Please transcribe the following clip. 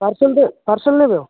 parcel parcel ନେବ